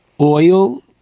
oil